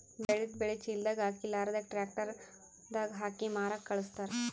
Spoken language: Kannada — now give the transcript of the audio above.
ಬೆಳೆದಿದ್ದ್ ಬೆಳಿ ಚೀಲದಾಗ್ ಹಾಕಿ ಲಾರಿದಾಗ್ ಟ್ರ್ಯಾಕ್ಟರ್ ದಾಗ್ ಹಾಕಿ ಮಾರಕ್ಕ್ ಖಳಸ್ತಾರ್